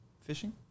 Fishing